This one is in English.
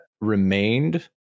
remained